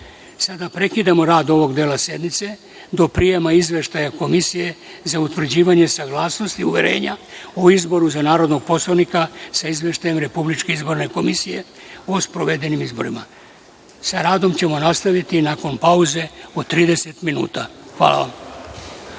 parteru. Prekidamo rad ovog dela sednice do prijema izveštaja Komisije za utvrđivanje saglasnosti uverenja o izboru za narodnog poslanika sa Izveštajem Republičke izborne komisije o sprovedenim izborima. Sa radom ćemo nastaviti nakon pauze od 30 minuta. Hvala.(Posle